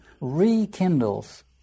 rekindles